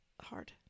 hard